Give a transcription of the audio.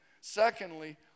Secondly